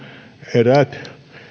eräät